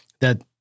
that-